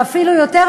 ואפילו יותר,